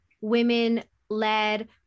women-led